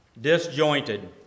disjointed